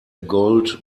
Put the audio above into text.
gold